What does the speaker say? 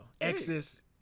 Exes